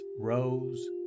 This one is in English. rose